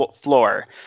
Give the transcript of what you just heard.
floor